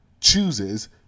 chooses